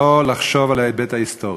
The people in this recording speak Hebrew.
לא לחשוב על ההיבט ההיסטורי.